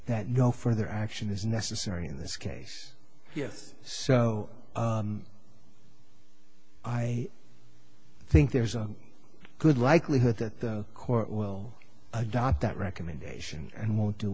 that no further action is necessary in this case yes so i i think there's a good likelihood that the court will adopt that recommendation and won't do